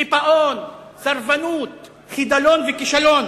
קיפאון, סרבנות, חידלון וכישלון.